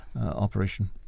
operation